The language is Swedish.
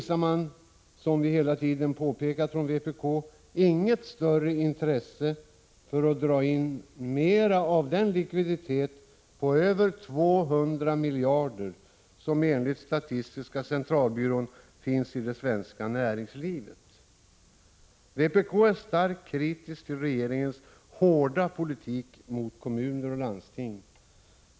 Som vpk hela tiden påpekat visar regeringen däremot inget större intresse för att dra in mera av den likviditet på över 200 miljarder som enligt statistiska centralbyrån finns i det svenska näringslivet. Vpk är starkt kritiskt till regeringens hårda politik mot kommuner och landsting.